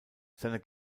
seine